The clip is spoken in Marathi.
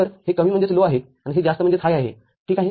तर हे कमी आहे आणि हे जास्त आहे ठीक आहे